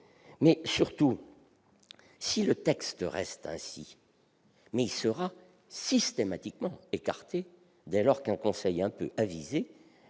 Surtout, si le texte reste en l'état, il sera systématiquement écarté, dès lors qu'un conseil quelque peu avisé